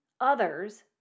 others